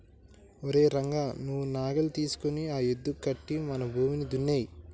ఓరై రంగ నువ్వు నాగలి తీసుకొని ఆ యద్దుకి కట్టి మన భూమిని దున్నేయి